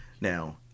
Now